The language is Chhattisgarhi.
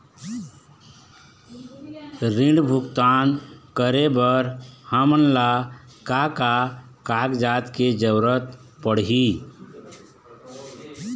ऋण भुगतान करे बर हमन ला का का कागजात के जरूरत पड़ही?